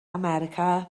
america